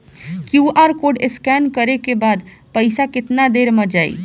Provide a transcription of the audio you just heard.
QR code scan न करे क बाद पइसा केतना देर म जाई?